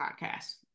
podcast